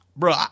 Bro